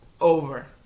Over